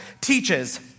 teaches